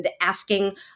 asking